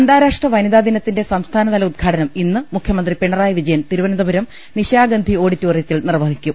അന്താരാഷ്ട്ര വനിതാ ദിനത്തിന്റെ സംസ്ഥാനതല ഉദ്ഘാടനം ഇന്ന് മുഖ്യമന്ത്രി പിണറായി വിജയൻ തിരുവനന്തപുരം നിശാഗന്ധി ഓഡിറ്റോറിയത്തിൽ നിർവഹിക്കും